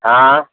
हाँ